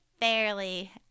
fairly